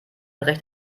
recht